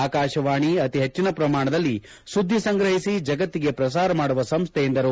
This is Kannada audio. ಆಕಾಶವಾಣಿ ಅತಿ ಹೆಚ್ಚಿನ ಪ್ರಮಾಣದಲ್ಲಿ ಸುದ್ದಿ ಸಂಗ್ರಹಿಸಿ ಜಗತ್ತಿಗೆ ಪ್ರಸಾರ ಮಾಡುವ ಸಂಸ್ದೆ ಎಂದರು